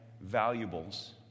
valuables